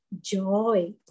joy